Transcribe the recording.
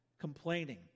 Complaining